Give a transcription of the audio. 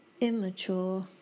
immature